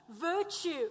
virtue